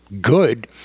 good